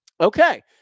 Okay